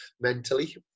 mentally